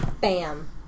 Bam